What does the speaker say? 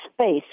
space